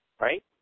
right